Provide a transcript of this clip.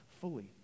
fully